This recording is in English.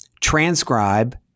transcribe